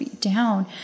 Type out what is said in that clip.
down